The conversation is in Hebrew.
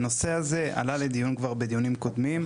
הנושא הזה עלה לדיון כבר בדיונים קודמים.